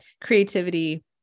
creativity